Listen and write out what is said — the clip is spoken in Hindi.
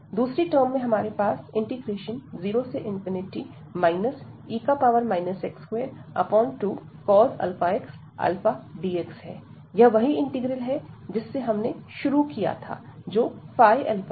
दूसरी टर्म में हमारे पास 0 e x22αx αdx यह वही इंटीग्रल है जिससे हम ने शुरू किया था जो है